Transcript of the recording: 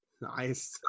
Nice